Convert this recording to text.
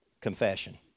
Confession